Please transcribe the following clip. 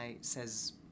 says